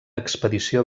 expedició